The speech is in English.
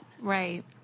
Right